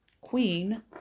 Queen